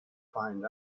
find